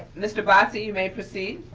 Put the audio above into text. mr. bossy, you may proceed.